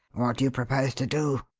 what do you propose to do?